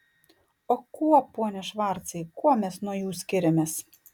o kuo pone švarcai kuo mes nuo jų skiriamės